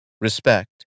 respect